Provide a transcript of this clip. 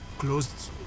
closed